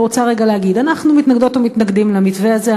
אני רוצה רגע להגיד: אנחנו מתנגדות ומתנגדים למתווה הזה.